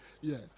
yes